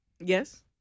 Yes